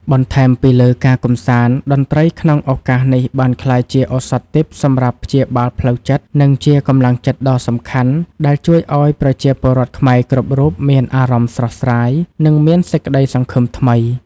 បន្ថែមពីលើការកម្សាន្ត តន្ត្រីក្នុងឱកាសនេះបានក្លាយជាឱសថទិព្វសម្រាប់ព្យាបាលផ្លូវចិត្ត និងជាកម្លាំងចិត្តដ៏សំខាន់ដែលជួយឱ្យប្រជាពលរដ្ឋខ្មែរគ្រប់រូបមានអារម្មណ៍ស្រស់ស្រាយ និងមានសេចក្តីសង្ឃឹមថ្មី។